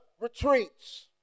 retreats